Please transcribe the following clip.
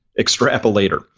extrapolator